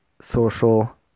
social